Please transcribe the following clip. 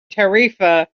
tarifa